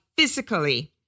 Physically